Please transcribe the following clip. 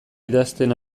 idazten